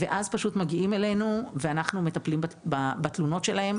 אז פשוט מגיעים אלינו ואנחנו מטפלים בתלונות שלהם.